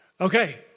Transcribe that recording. Okay